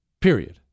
Period